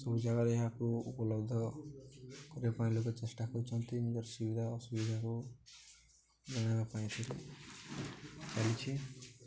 ସବୁ ଜାଗାରେ ଏହାକୁ ଉପଲବ୍ଧ କରିବା ପାଇଁ ଲୋକ ଚେଷ୍ଟା କରୁଛନ୍ତି ନିଜର ସୁବିଧା ଅସୁବିଧାକୁ ଜଣାଇବା ପାଇଁ ଏଥିରେ ଚାଲିଛି